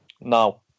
No